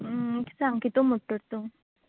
सांग कितू म्हुणटा तोर तूं